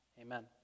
Amen